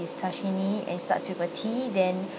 is tashini and starts with a T then